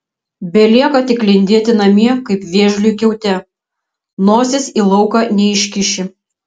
belieka tik lindėti namie kaip vėžliui kiaute nosies į lauką neiškiši